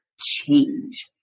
change